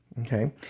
okay